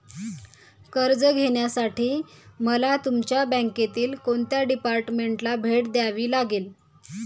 कर्ज घेण्यासाठी मला तुमच्या बँकेतील कोणत्या डिपार्टमेंटला भेट द्यावी लागेल?